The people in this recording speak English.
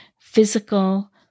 physical